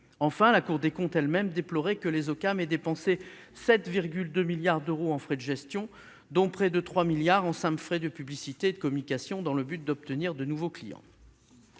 Enfin, la Cour des comptes elle-même déplorait que les OCAM aient dépensé 7,2 milliards d'euros en frais de gestion, dont près de 3 milliards d'euros en simples frais de publicité et de communication afin d'obtenir de nouveaux clients.